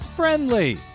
Friendly